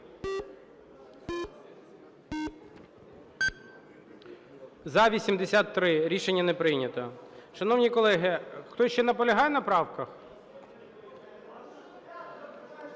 За-83 Рішення не прийнято.